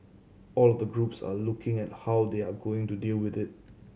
all of the groups are looking at how they are going to deal with it